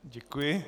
Děkuji.